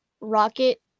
Rocket